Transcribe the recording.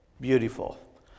Beautiful